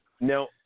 Now